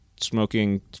smoking